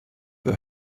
were